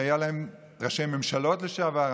ראשי ממשלות לשעבר,